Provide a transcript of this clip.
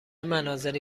مناظری